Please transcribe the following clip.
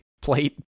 plate